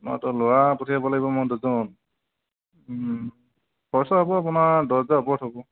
ন ত' ল'ৰা পঠিয়াব লাগিব মই দুজন খৰচা হ'ব আপোনাৰ দহ হাজাৰ ওপৰত হ'ব